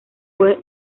fue